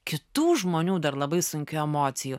kitų žmonių dar labai sunkių emocijų